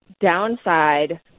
downside